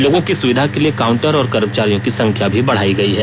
लोगों की सुविधा के लिए काउंटर और कर्मचारियों की संख्या भी बढ़ायी गयी है